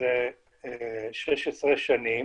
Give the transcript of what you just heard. מזה 16 שנים.